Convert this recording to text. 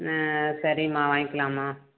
ஆ சரிம்மா வாங்கிக்கலாம்மா